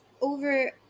over